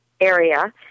area